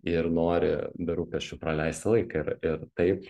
ir nori be rūpesčių praleisti laiką ir ir taip